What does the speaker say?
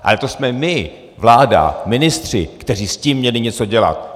Ale to jsme my, vláda, ministři, kteří s tím měli něco dělat!